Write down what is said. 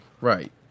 Right